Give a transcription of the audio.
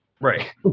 Right